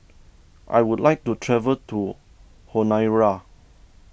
I would like to travel to Honiara